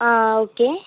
ആ ഓക്കെ